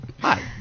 Hi